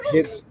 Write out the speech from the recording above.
Kids